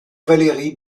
valérie